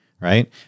Right